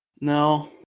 No